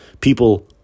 people